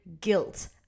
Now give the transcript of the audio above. guilt